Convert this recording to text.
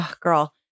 girl